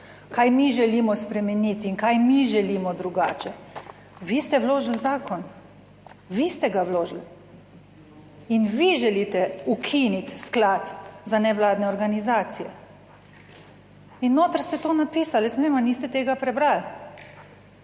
kaj mi želimo spremeniti in kaj mi želimo drugače. Vi ste vložili zakon, vi ste ga vložili in vi želite ukiniti sklad za nevladne organizacije. In noter ste to napisali. Jaz ne vem, ali niste tega prebrali